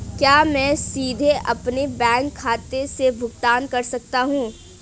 क्या मैं सीधे अपने बैंक खाते से भुगतान कर सकता हूं?